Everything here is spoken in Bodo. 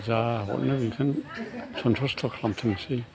जा हरनाय बेखौनो सन्थसथ' खालामथोंसै